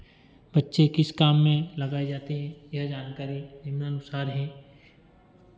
बच्चे किस काम में लगाए जाते हैं यह जानकारी निम्न अनुसार है